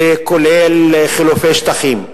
וכולל חילופי שטחים,